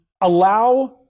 allow